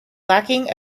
lacking